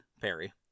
Perry